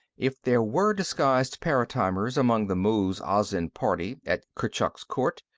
if there were disguised paratimers among the muz-azin party at kurchuk's court,